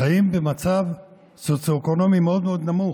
חיים במצב סוציו-אקונומי מאוד מאוד נמוך,